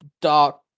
Dark